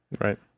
right